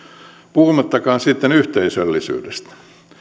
puhumattakaan sitten yhteisöllisyydestä